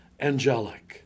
angelic